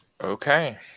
Okay